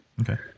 okay